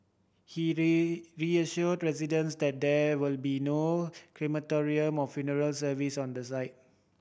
he reassured residents that there will be no crematorium more funeral services on the site